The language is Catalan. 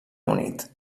unit